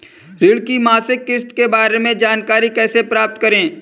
ऋण की मासिक किस्त के बारे में जानकारी कैसे प्राप्त करें?